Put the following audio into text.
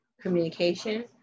communication